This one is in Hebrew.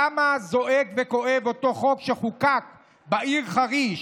כמה זועק וכואב אותו חוק שחוקק בעיר חריש,